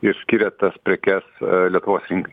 ir skiria tas prekes lietuvos rinkai